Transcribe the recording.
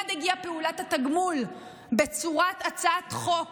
הגיעה פעולת התגמול בצורת הצעת חוק